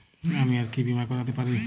আমি আর কি বীমা করাতে পারি?